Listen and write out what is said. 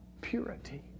purity